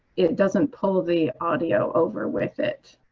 it doesn't pull the audio over with it.